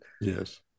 Yes